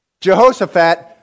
Jehoshaphat